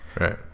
Right